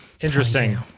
Interesting